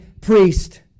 priest